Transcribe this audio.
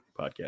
podcast